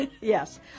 Yes